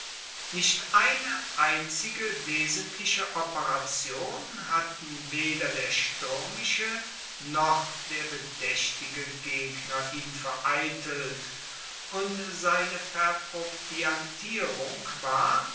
nicht eine einzige wesentliche operation hatten weder der stuermische noch der bedaechtige gegner ihm vereitelt und seine verproviantierung war